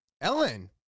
Ellen